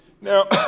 Now